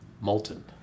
molten